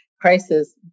crisis